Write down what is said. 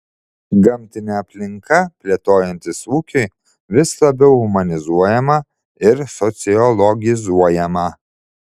gamtinė aplinka plėtojantis ūkiui vis labiau humanizuojama ir sociologizuojama